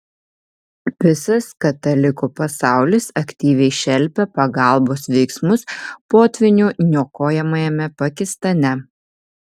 visas katalikų pasaulis aktyviai šelpia pagalbos veiksmus potvynių niokojamame pakistane